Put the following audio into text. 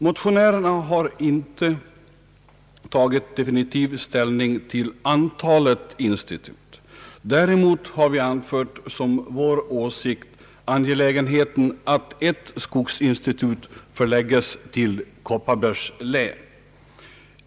Motionärerna har inte tagit definitiv ställning till antalet institut. Däremot har vi anfört som vår åsikt angelägenheten av att ett skogsinstitut förläggs till Kopparbergs län.